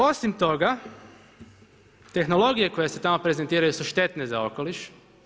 Osim toga, tehnologije koje se tamo prezentiraju su štetne za okoliš.